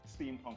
steampunk